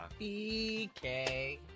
BK